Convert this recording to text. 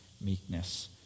meekness